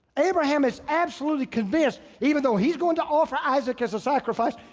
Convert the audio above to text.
abraham is absolutely convinced, even though he's going to offer isaac as a sacrifice,